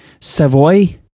Savoy